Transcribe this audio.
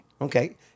Okay